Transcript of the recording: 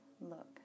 look